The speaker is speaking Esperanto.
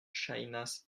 ŝajnas